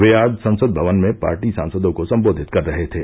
वे आज संसद भवन में पार्टी सांसदों को संबोधित कर रहे थे